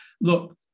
look